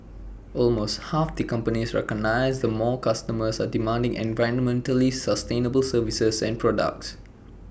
almost half the companies recognise more customers are demanding environmentally sustainable services and products